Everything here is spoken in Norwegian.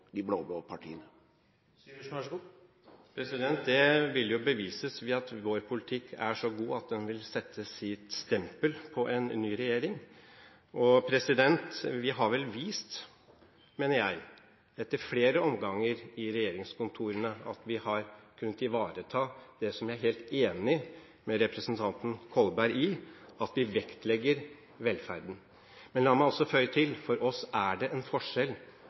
de blå-blå partiene? Det vil bevises ved at vår politikk er så god at den vil sette sitt stempel på en ny regjering. Og vi har vel vist, mener jeg, etter flere omganger i regjeringskontorene at vi har kunnet ivareta det som jeg er helt enig med representanten Kolberg i: å vektlegge velferden. Men la meg også føye til: For oss er det en forskjell